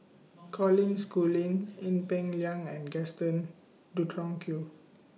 Colin Schooling Ee Peng Liang and Gaston Dutronquoy